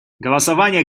голосование